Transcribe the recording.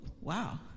wow